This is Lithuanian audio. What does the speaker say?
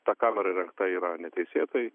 ta kamera įrengta yra neteisėtai